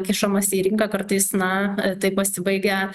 kišamas į rinką kartais na tai pasibaigia